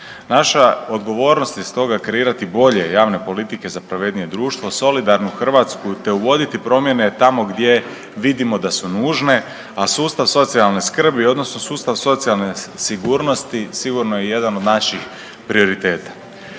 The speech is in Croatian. Naša odgovornost je stoga kreirati bolje javne politike za pravednije društvo, solidarnu Hrvatsku te uvoditi promjene tamo gdje vidimo da su nužne, a sustav socijalne skrbi odnosno sustav socijalne sigurnosti sigurno je jedan od naših prioriteta.